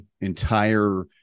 entire